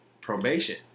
probation